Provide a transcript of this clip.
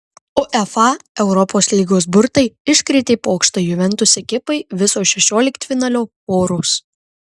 uefa europos lygos burtai iškrėtė pokštą juventus ekipai visos šešioliktfinalio poros